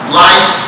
life